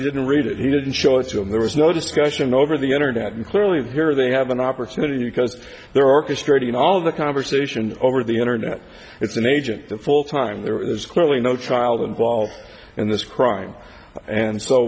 he didn't read it he didn't show it to him there was no discussion over the internet and clearly very they have an opportunity because there are custodian all of the conversation over the internet it's an agent the full time there is clearly no child involved in this crime and so